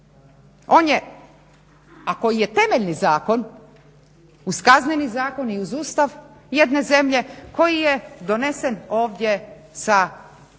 on je, a koji je temeljni zakon uz Kazneni zakon i uz Ustav jedne zemlje, koji je donesen ovdje sa 100%